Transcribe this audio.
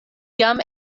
jam